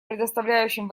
предоставляющим